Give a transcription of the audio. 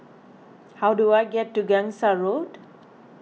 how do I get to Gangsa Road